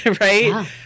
right